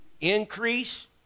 increase